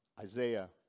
Isaiah